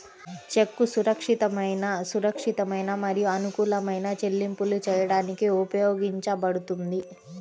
చెక్కు సురక్షితమైన, సురక్షితమైన మరియు అనుకూలమైన చెల్లింపులు చేయడానికి ఉపయోగించబడుతుంది